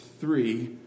three